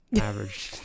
average